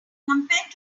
compared